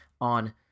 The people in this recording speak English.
on